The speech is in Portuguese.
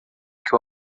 que